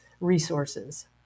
resources